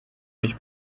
mich